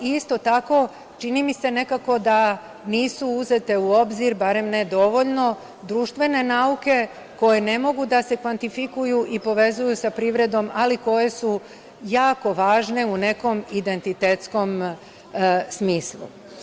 Isto tako, čini mi se nekako da nisu uzete u obzir, barem ne dovoljno, društvene nauke koje ne mogu da se kvantifikuju i povezuju sa privredom, ali koje su jako važne u nekom identitetskom smislu.